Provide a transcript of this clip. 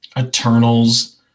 Eternals